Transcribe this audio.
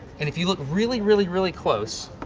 and if you look really, really, really close,